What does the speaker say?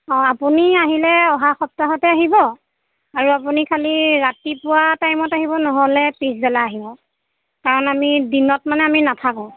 অঁ আপুনি আহিলে অহা সপ্তাহতে আহিব আৰু আপুনি খালি ৰাতিপুৱা টাইমত আহিব নহ'লে পিছবেলা আহিব কাৰণ আমি দিনত মানে আমি নাথাকোঁ